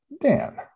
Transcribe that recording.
Dan